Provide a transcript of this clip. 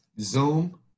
Zoom